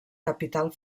capital